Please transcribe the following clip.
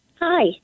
Hi